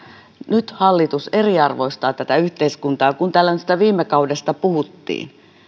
nyt hallitus eriarvoistaa tätä yhteiskuntaa kun täällä nyt tästä viime kaudesta puhuttiin